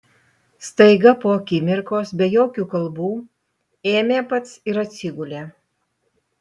staiga po akimirkos be jokių kalbų ėmė pats ir atsigulė